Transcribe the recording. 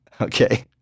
Okay